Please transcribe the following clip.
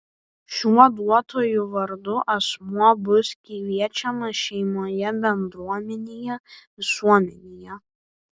šiuo duotuoju vardu asmuo bus kviečiamas šeimoje bendruomenėje visuomenėje